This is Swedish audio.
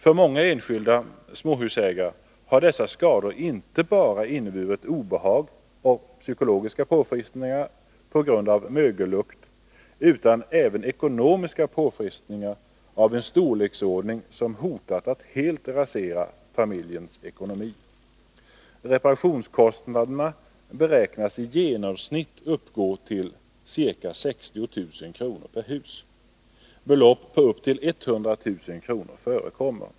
För många enskilda småhusägare har dessa skador inte bara inneburit obehag och psykiska påfrestningar på grad av mögellukt, utan även ekonomiska påfrestningar av en sådan storlek att de hotat att helt rasera familjens ekonomi. Reparationskostnaderna beräknas i genomsnitt till ca 60000 kr. per hus. Belopp på upp till 100 000 kr. förekommer.